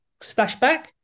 splashback